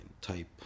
type